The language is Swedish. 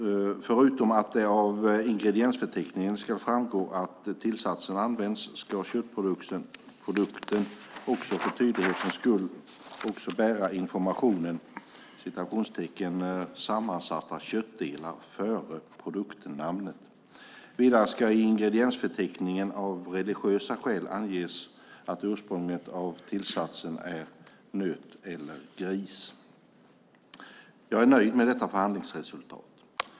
Förutom att det av ingrediensförteckningen ska framgå att tillsatsen använts ska köttprodukten också för tydlighetens skull bära informationen "sammansatta köttdelar" före produktnamnet. Vidare ska i ingrediensförteckningen av religiösa skäl anges att ursprunget av tillsatsen är nöt eller gris. Jag är nöjd med detta förhandlingsresultat.